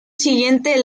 siguiente